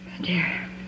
dear